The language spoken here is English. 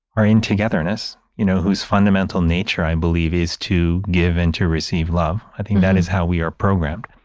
are in togetherness. you know, whose fundamental nature, i believe, is to give and to receive love. i think that is how we are programed.